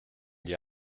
gli